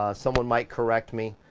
someone might correct me,